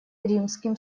римским